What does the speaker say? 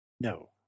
No